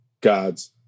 God's